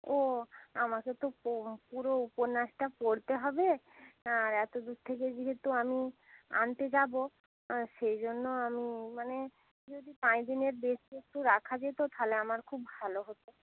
ও আমাকে তো পো পুরো উপন্যাসটা পড়তে হবে আর এত দূর থেকে যেহেতু আমি আনতে যাবো সেই জন্য আমি মানে যদি পাঁচদিনের বেশি একটু রাখা যেতো তাহলে আমার খুব ভালো হতো